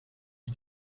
lhe